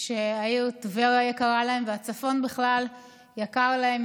שהעיר טבריה יקרה להם והצפון בכלל יקר להם.